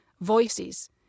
voices